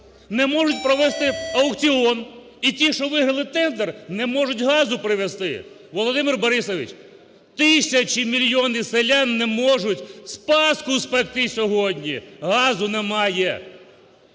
не можуть провести аукціон, і ті, що виграли тендер, не можуть газу привезти. Володимир Борисович, тисячі, мільйони селян не можуть паску спекти сьогодні – газу немає.